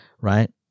right